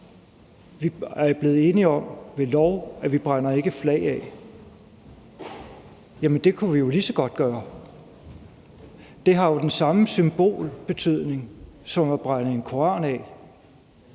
er blevet enige om ved lov, at vi ikke brænder flag af. Jamen det kunne vi jo lige så godt gøre. Det har jo den samme symbolbetydning som at brænde en koran af.